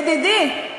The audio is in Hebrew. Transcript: ידידי,